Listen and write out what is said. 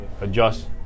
adjust